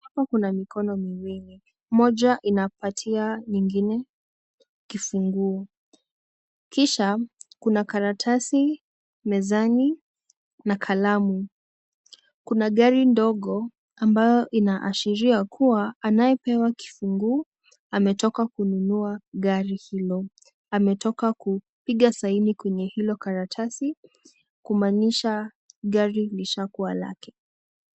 Hapa kuna mikono miwili, moja inapatia nyingine kifunguo, kisha kuna karatasi mezani na kalamu, kuna gari ndogo ambayo inaashiria kuwa anaye pewa kifunguo ametoka kunua gari hilo, ametoka kupiga saini kwenye hilo karatasi kumaanisha gari lishakuwa lake.